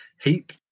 heap